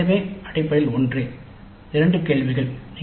இரண்டுமே அடிப்படையில் ஒன்றே இரண்டு கேள்விகள்